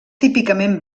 típicament